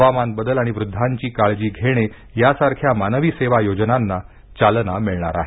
हवामान बदल आणि वृद्धांची काळजी घेणे यासारख्या मानवी सेवा योजनांना चालना मिळणार आहे